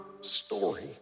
story